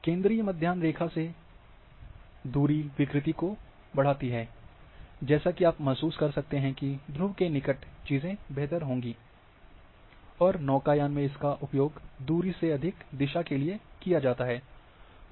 केंद्रीय मध्याह्न रेखा से दूर विकृति बढ़ती है जैसा कि आप महसूस कर सकते हैं कि ध्रुव के निकट चीजें बेहतर होंगी और नौकायान में इसका उपयोग दूरी से अधिक दिशा के लिए किया जाता है